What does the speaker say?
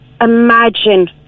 imagine